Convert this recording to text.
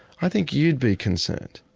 i think you'd be concerned.